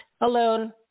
alone